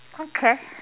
okay